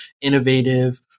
innovative